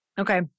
okay